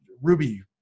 ruby